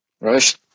right